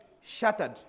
shattered